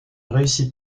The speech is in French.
réussit